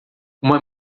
uma